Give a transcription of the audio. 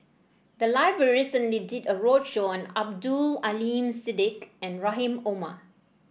the library recently did a roadshow on Abdul Aleem Siddique and Rahim Omar